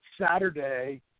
Saturday